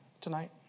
tonight